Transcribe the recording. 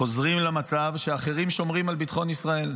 חוזרים למצב שבו אחרים שומרים על ביטחון ישראל.